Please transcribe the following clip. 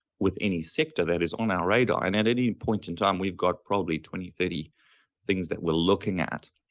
with any sector that is on our radar, and at any point in time, we've got probably twenty, thirty things that we're looking at,